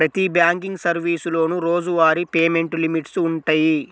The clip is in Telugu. ప్రతి బ్యాంకింగ్ సర్వీసులోనూ రోజువారీ పేమెంట్ లిమిట్స్ వుంటయ్యి